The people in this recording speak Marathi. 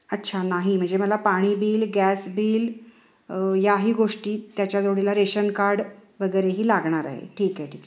अच्छा नाही म्हणजे मला पाणी बिल गॅस बिल याही गोष्टी त्याच्या जोडीला रेशन कार्ड वगैरेही लागणार आहे ठीक आहे ठीक आहे